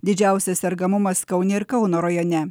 didžiausias sergamumas kaune ir kauno rajone